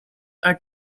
are